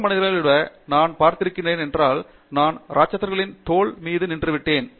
மற்ற மனிதர்களை விட நான் பார்த்திருக்கிறேன் என்றால் நான் ராட்சதர்களின் தோள் மீது நின்றுவிட்டேன்